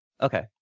Okay